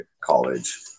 college